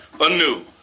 anew